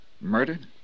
Murdered